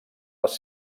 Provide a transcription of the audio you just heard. les